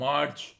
March